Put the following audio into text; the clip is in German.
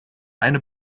eine